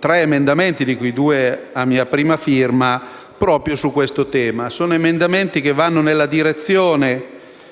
tre emendamenti, di cui due a mia prima firma, proprio su questo tema. Sono emendamenti che vanno nella direzione